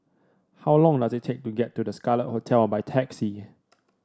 how long does it take to get to The Scarlet Hotel by taxi